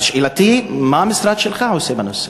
שאלתי, מה המשרד שלך עושה בנושא?